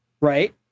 right